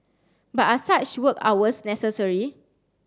but are such work hours necessary